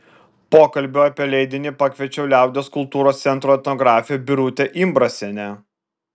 pokalbiui apie leidinį pakviečiau liaudies kultūros centro etnografę birutę imbrasienę